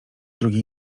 drugie